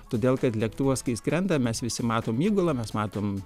todėl kad lėktuvas kai skrendam mes visi matom įgulą mes matom